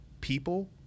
people